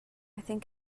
think